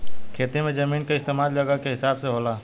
खेती मे जमीन के इस्तमाल जगह के हिसाब से होला